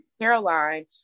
Caroline